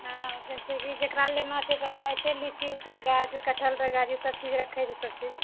हँ जिससे कि जेकरा लेना छै ओकरा एतए लीची वीचि कऽ गाछ कटहल कऽ गाछ ई सबचीज राखए छी सबचीज